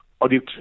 audit